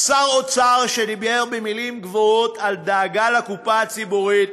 שר אוצר שדיבר במילים גבוהות על דאגה לקופה הציבורית,